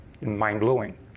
mind-blowing